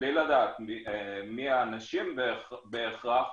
בלי לדעת מי האנשים בהכרח,